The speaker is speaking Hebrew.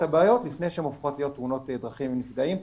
הבעיות לפני שהן הופכות להיות תאונות דרכים עם נפגעים,